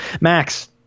max